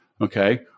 Okay